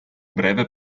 breve